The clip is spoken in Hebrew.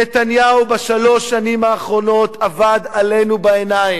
נתניהו, בשלוש השנים האחרונות, עבד עלינו בעיניים.